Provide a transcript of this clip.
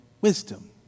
wisdom